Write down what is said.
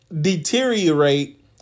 deteriorate